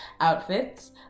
Outfits